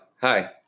Hi